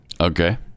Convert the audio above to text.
Okay